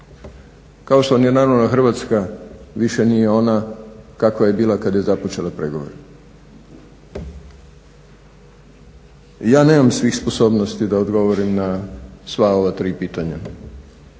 kao što ni naravno Hrvatska više nije ona kakva je bila kada je započela pregovore. Ja nemam svih sposobnosti da odgovorim na sva ova tri pitanja